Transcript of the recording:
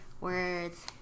words